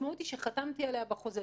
המשמעות היא שחתמתי עליה בחוזה.